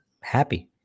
happy